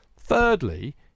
thirdly